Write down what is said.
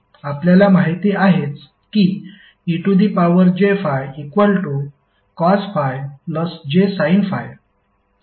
आपल्याला माहिती आहेच की ej∅cos∅jsin∅